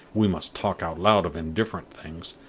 we must talk out loud of indifferent things,